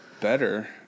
better